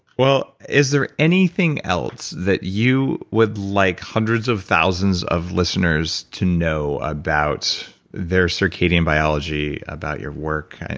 well is there anything else that you would like hundreds of thousands of listeners to know about their circadian biology, about your work?